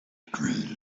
greenish